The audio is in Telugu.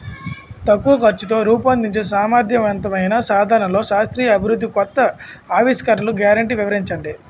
తక్కువ ఖర్చుతో రూపొందించే సమర్థవంతమైన సాధనాల్లో శాస్త్రీయ అభివృద్ధి కొత్త ఆవిష్కరణలు గ్యారంటీ వివరించండి?